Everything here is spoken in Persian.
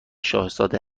شاهزاده